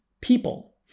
people